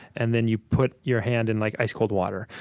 and then you put your hand in like ice-cold water.